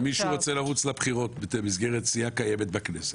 מישהו רוצה לרוץ לבחירות במסגרת בסיעה קיימת בכנסת,